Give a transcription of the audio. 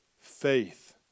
faith